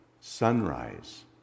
sunrise